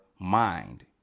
mind